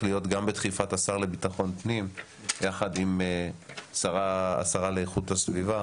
להיות גם בדחיפת השר לביטחון פנים יחד עם השרה לאיכות הסביבה,